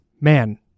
man